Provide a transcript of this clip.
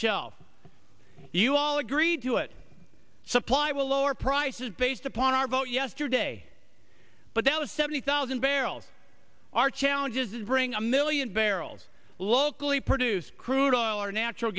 shelf you all agreed to it supply will lower prices based upon our vote yesterday but that was seventy thousand barrels are challenges bring a million barrels locally produced crude oil or natural